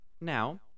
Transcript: Now